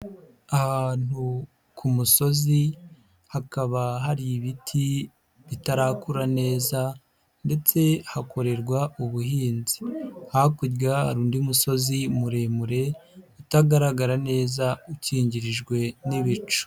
Ahantu ku musozi hakaba hari ibiti bitarakura neza ndetse hakorerwa ubuhinzi, hakurya hari undi musozi muremure utagaragara neza ukingirijwe n'ibicu.